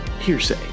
hearsay